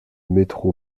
métro